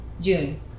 June